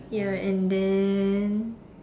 ya and then